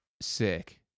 sick